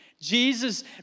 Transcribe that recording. Jesus